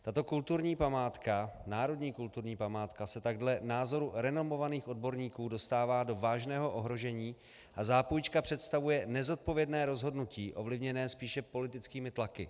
Tato národní kulturní památka se tak dle názoru renomovaných odborníků dostává do vážného ohrožení a zápůjčka představuje nezodpovědné rozhodnutí ovlivněné spíše politickými tlaky.